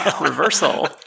reversal